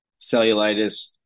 cellulitis